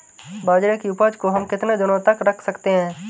बाजरे की उपज को हम कितने दिनों तक रख सकते हैं?